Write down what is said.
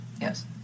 Yes